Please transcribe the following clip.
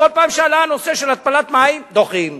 כל פעם שעלה הנושא של התפלת מים, דוחים.